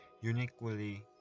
Uniquely